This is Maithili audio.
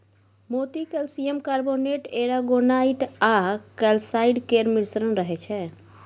मोती कैल्सियम कार्बोनेट, एरागोनाइट आ कैलसाइट केर मिश्रण रहय छै